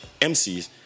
MCs